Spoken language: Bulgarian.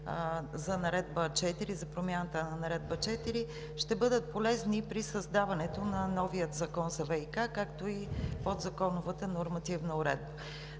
обсъждане за промяната на Наредба № 4, ще бъдат полезни при създаването на новия закон за ВиК, както и подзаконовата нормативна уредба.